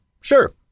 Sure